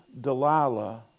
Delilah